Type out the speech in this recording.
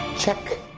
check.